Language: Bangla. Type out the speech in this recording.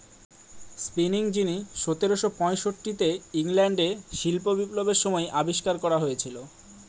স্পিনিং জিনি সতেরোশো পয়ষট্টিতে ইংল্যান্ডে শিল্প বিপ্লবের সময় আবিষ্কার করা হয়েছিল